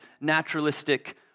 naturalistic